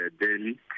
daily